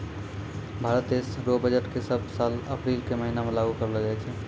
भारत देश रो बजट के सब साल अप्रील के महीना मे लागू करलो जाय छै